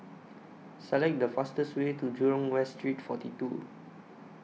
Select The fastest Way to Jurong West Street forty two